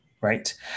Right